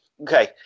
Okay